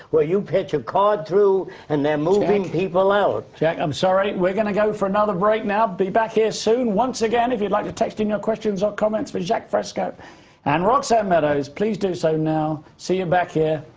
you pitch a card through and they're moving people out. ah jacque, i'm sorry, we're gonna go for another break now, be back here soon. once again, if you'd like to text in your questions or comments for jacque fresco and roxanne meadows, please do so now. see you back here,